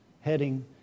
heading